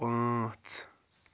پانٛژھ